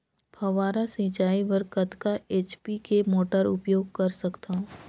फव्वारा सिंचाई बर कतका एच.पी के मोटर उपयोग कर सकथव?